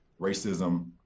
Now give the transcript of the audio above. racism